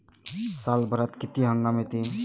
सालभरात किती हंगाम येते?